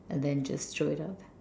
and then just throw it out